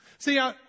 See